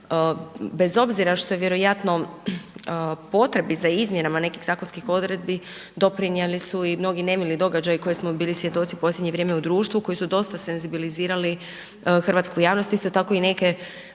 bez obzira što je vjerojatno potrebi za izmjenama nekih zakonskih odredbi doprinijeli su i mnogi nemili događaji kojih smo bili svjedoci u posljednje vrijeme u društvu, koji su dosta senzibilizirali hrvatsku javnost. Isto tako i neke